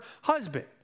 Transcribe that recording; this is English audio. husband